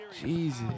Jesus